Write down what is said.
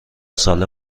ساله